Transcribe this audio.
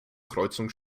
kreuzung